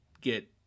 get